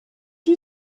you